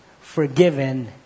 forgiven